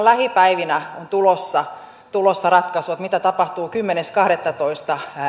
lähipäivinä on tulossa ratkaisu siitä mitä tapahtuu kymmenes kahdettatoista